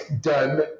done